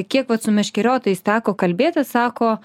kiek vat su meškeriotojais teko kalbėtis sako